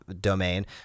domain